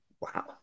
Wow